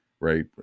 right